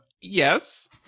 Yes